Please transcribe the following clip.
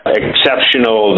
exceptional